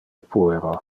puero